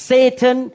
Satan